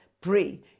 pray